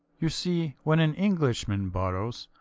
you see, when an englishman borrows,